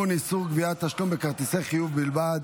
איסור גביית תשלום בכרטיסי חיוב בלבד),